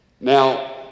Now